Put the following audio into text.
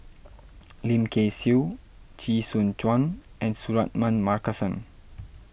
Lim Kay Siu Chee Soon Juan and Suratman Markasan